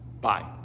bye